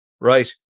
right